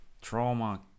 trauma